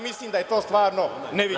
Mislim da je to stvarno neviđeno.